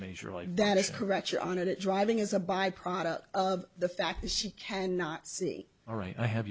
major life that is correct your honor that driving is a byproduct of the fact that she cannot see all right i have